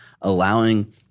Allowing